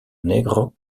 negro